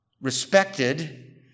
respected